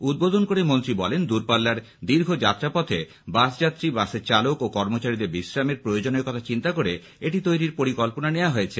উদ্বোধন করে মন্ত্রী বলেন দূরপাল্লার দীর্ঘ যাত্রাপথে বাসযাত্রী বাসের চালক ও কর্মচারীদের বিশ্রামের প্রয়োজনের কথা চিন্তা করে এটি তৈরির পরিকল্পনা নেওয়া হয়েছে